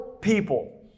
people